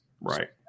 right